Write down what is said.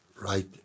right